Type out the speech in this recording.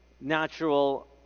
natural